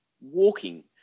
walking